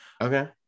okay